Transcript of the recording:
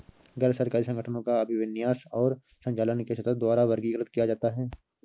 गैर सरकारी संगठनों को अभिविन्यास और संचालन के स्तर द्वारा वर्गीकृत किया जाता है